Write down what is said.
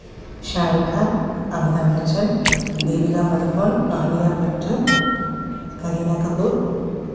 Shahrukh Khan Amitabh Bachchan Deepika Padukone Alia Bhatt Kareena Kapoor